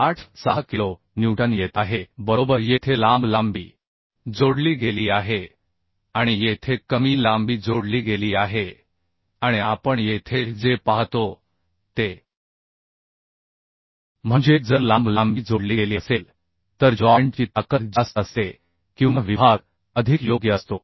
86 kilo newton येत आहे बरोबर येथे लांब लांबी जोडली गेली आहे आणि येथे कमी लांबी जोडली गेली आहे आणि आपण येथे जे पाहतो ते म्हणजे जर लांब लांबी जोडली गेली असेल तर जॉइंट ची ताकद जास्त असते किंवा विभाग अधिक योग्य असतो